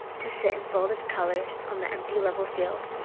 to sit in folded colours on the empty level field,